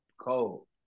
Cold